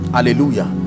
hallelujah